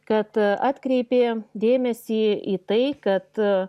kad atkreipė dėmesį į tai kad